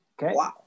Okay